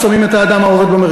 שחייבים ללמד אנגלית ומתמטיקה,